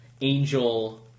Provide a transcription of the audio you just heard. angel